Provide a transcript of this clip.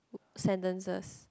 sentences